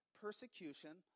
persecution